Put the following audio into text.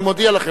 אני מודיע לכם,